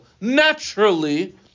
naturally